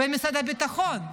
ומשרד הביטחון.